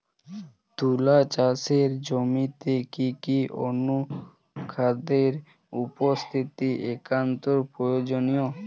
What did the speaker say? তুলা চাষের জমিতে কি কি অনুখাদ্যের উপস্থিতি একান্ত প্রয়োজনীয়?